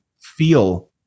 feel